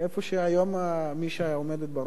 שהיום מי שעומדת בראש,